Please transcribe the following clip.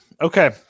Okay